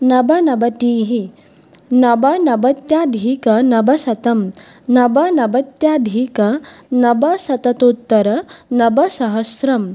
नवनवतिः नवनवत्यधिकनवशतं नवनवत्यधिकनवशतोत्तरनवसहस्रं